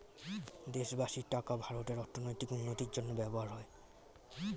দেশবাসীর টাকা ভারতের অর্থনৈতিক উন্নতির জন্য ব্যবহৃত হয়